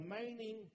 remaining